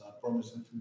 promising